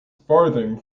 farthing